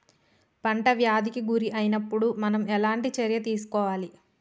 పంట వ్యాధి కి గురి అయినపుడు మనం ఎలాంటి చర్య తీసుకోవాలి?